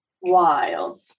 Wild